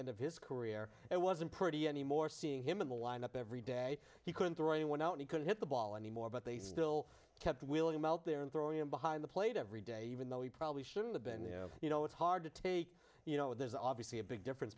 end of his career and wasn't pretty anymore seeing him in the lineup every day he couldn't throw anyone out he could hit the ball any more but they still kept william out there and throwing him behind the plate every day even though he probably shouldn't have been there you know it's hard to take you know there's obviously a big difference